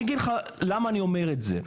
אני אגיד לך למה אני אומר את זה.